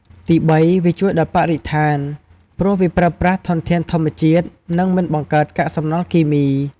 ទីបី វាជួយដល់បរិស្ថាន ព្រោះវាប្រើប្រាស់ធនធានធម្មជាតិ និងមិនបង្កើតកាកសំណល់គីមី។